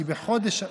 כי בחודש אדר,